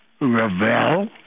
Ravel